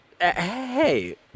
Hey